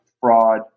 fraud